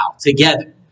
together